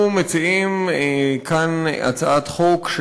תודה רבה לך, אדוני היושב-ראש.